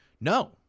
No